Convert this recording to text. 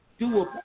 doable